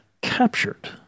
Captured